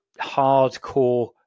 hardcore